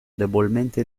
debolmente